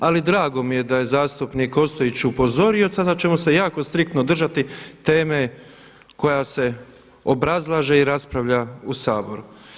Ali drago mi je da je zastupnik Ostojić upozorio, sada ćemo se jako striktno držati teme koja se obrazlaže i raspravlja u Saboru.